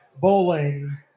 Bowling